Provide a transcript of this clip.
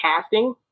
casting